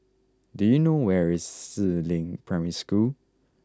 do you know where is Si Ling Primary School